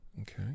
okay